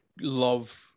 Love